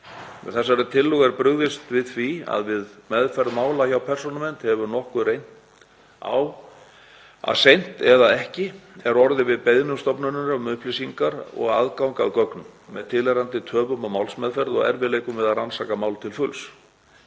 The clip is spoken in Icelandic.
þessari tillögu er brugðist við því að við meðferð mála hjá Persónuvernd hefur nokkuð reynt á að seint, eða ekki, er orðið við beiðnum stofnunarinnar um upplýsingar og aðgang að gögnum með tilheyrandi töfum á málsmeðferð og erfiðleikum við að rannsaka mál til fulls.